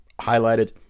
highlighted